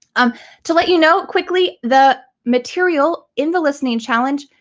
um to let you know quickly, the material in the listening challenge,